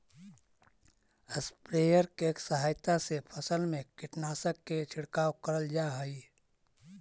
sprayer के सहायता से फसल में कीटनाशक के छिड़काव करल जा हई